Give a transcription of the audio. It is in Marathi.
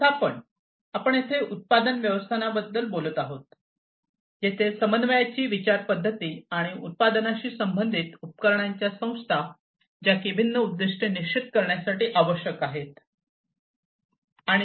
व्यवस्थापन आपण येथे उत्पादन व्यवस्थापनाबद्दल बोलत आहोत जिथे समन्वयाची विचारपद्धती आणि उत्पादनाशी संबंधित उपकरणाच्या संस्था ज्या की भिन्न उद्दिष्टे निश्चित करण्यासाठी आवश्यक आहे